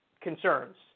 concerns